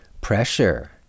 pressure